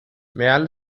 merle